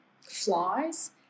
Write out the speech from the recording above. flies